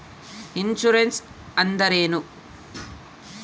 Insurance ಅಂದ್ರೇನು?